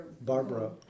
Barbara